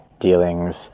dealings